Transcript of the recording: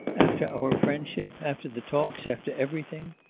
after our friendship, after the talks, after everything.